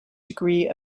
degree